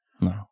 No